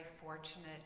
fortunate